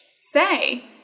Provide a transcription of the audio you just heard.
say